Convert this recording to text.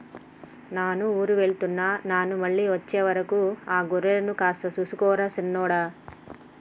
నాను ఊరు వెళ్తున్న నాను మళ్ళీ అచ్చే వరకు ఆ గొర్రెలను కాస్త సూసుకో రా సిన్నోడా